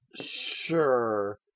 Sure